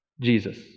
Jesus